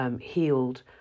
healed